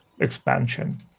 expansion